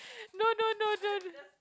no no no no